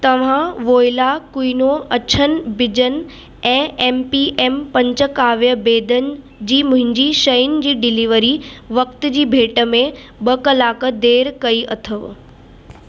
तव्हां वोइला क्विनो अछिनि बि॒जनि ऐं एम पी एम पंचकाव्य बेदनि जी मुंहिंजी शइनि जी डिलीवरी वक़्ति जी भेट में ॿ कलाक देरि कई अथव